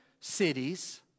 cities